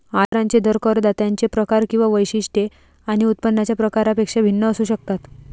आयकरांचे दर करदात्यांचे प्रकार किंवा वैशिष्ट्ये आणि उत्पन्नाच्या प्रकारापेक्षा भिन्न असू शकतात